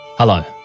Hello